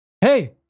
hey